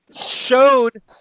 showed